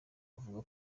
avuga